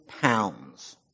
pounds